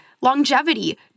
longevity